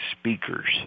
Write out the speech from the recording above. speakers